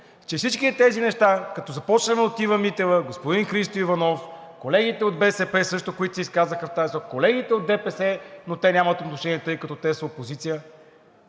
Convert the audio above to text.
че всичките тези неща, като започнем от Ива Митева, господин Христо Иванов, колегите от БСП също, които се изказаха, колегите от ДПС, но те нямат отношение, тъй като те са опозиция,